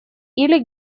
или